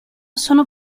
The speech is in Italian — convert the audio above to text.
sono